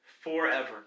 forever